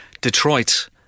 Detroit